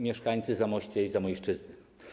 Mieszkańcy Zamościa i Zamojszczyzny!